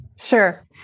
Sure